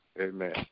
Amen